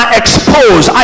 expose